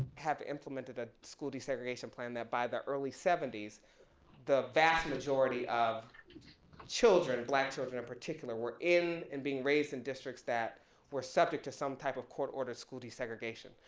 have implemented a school desegregation plan that by the early seventy s the vast majority of children, black children in particular, were in and being raised in districts that were subject to some type of court ordered school desegregation.